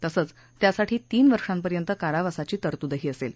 तसंच त्यासाठी तीन वर्षापर्यंत कारावासाची तरतूदही असेल